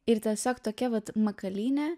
ir tiesiog tokia vat makalynė